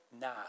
now